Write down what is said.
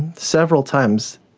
several times.